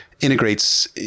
integrates